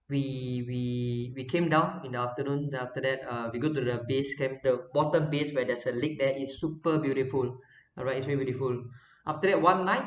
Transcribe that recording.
we we we came down in the afternoon then after that uh we go to the base camp the bottom base where there's a lake there it's super beautiful alright it's really beautiful after that one night